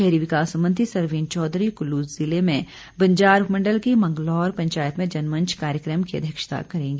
शहरी विकास मंत्री सरवीण चौधरी कुल्लू जिले में बंजार उपमण्डल की मंगलौर पंचायत में जनमंच कार्यक्रम की अध्यक्षता करेंगी